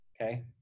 Okay